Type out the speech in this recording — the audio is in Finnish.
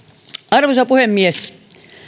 arvoisa puhemies